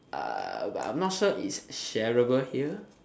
uh but I'm not sure is shareable here